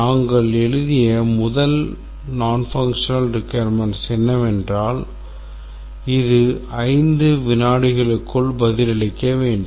நாங்கள் எழுதிய முதல் nonfunctional requirements என்னவென்றால் இது 5 வினாடிகளுக்குள் பதிலளிக்க வேண்டும்